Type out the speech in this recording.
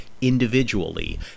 individually